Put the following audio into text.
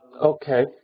Okay